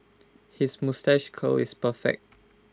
his moustache curl is perfect